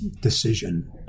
decision